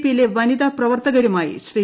P യിലെ വനിതാ പ്രവർത്തകരുമായി ശ്രീ